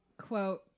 quote